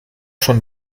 schon